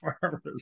farmers